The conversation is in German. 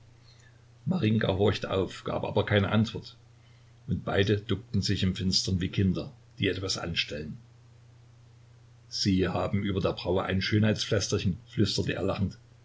horchte auf gab aber keine antwort und beide duckten sich im finstern wie kinder die etwas anstellen sie haben über der braue ein schönheitspflästerchen flüsterte er lachend